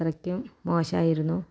അത്രയ്ക്കും മോശമായിരുന്നു